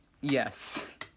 Yes